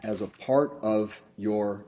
as a part of your